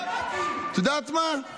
את יודעת מה?